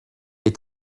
est